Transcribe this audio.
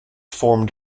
formed